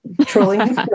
trolling